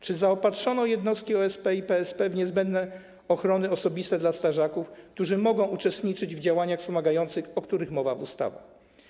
Czy zaopatrzono jednostki OSP i PSP w niezbędne środki ochrony osobistej dla strażaków, którzy mogą uczestniczyć w działaniach wspomagających, o których mowa w ustawach?